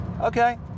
Okay